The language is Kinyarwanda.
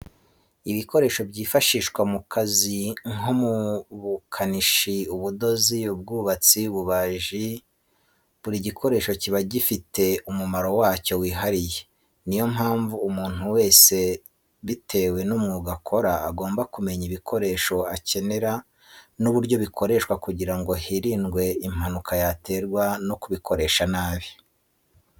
Ibikoresho byifashishwa mu kazi nko mu bukanishi ,ubudozi ,ubwubatsi n'ububajii, buri gikoresho kiba gifite umumaro wacyo wihariye niyo mpamvu umuntu wese bitewe n'umwuga akora agomba kumenya ibikoresho akenera n'uburyo bikoreshwa kugirango hirindwe impanuka yaterwa no kubikoresha nabi.